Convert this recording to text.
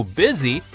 busy